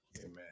Amen